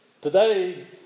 Today